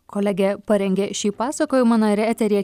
kolegė parengė šį pasakojimą na ir eteryje